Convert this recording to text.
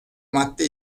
madde